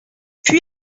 puis